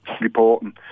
reporting